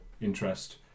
interest